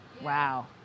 Wow